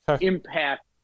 impact